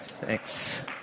thanks